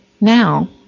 Now